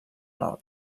nord